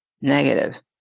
negative